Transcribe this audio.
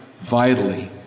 vitally